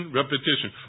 repetition